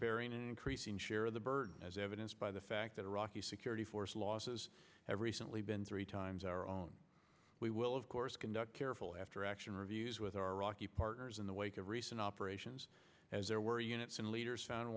bearing an increasing share the burden as evidenced by the fact that iraqi security force losses have recently been three times our own we will of course conduct careful after action reviews with our rocky partners in the wake of recent operations as there were units and leaders f